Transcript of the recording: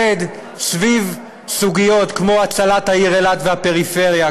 להתאחד סביב סוגיות כמו הצלת העיר אילת והפריפריה,